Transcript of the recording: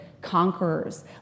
conquerors